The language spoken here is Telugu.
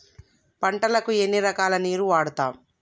పంటలకు ఎన్ని రకాల నీరు వాడుతం?